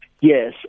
yes